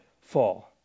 Fall